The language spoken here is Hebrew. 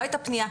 לא הייתה פנייה.